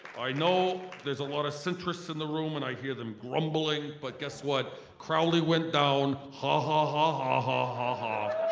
i know there's a lot of centrists in the room and i hear them grumbling but guess what, crowley went down, ha ha ha ha ha ha ha.